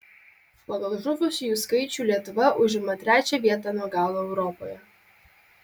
pagal žuvusiųjų skaičių lietuva užima trečią vietą nuo galo europoje